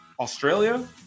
Australia